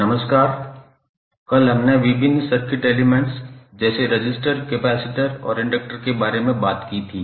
नमस्कार कल हमने विभिन्न सर्किट एलिमेंट्स जैसे रजिस्टर कपैसिटर और इंडक्टर के बारे में बात की थी